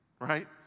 right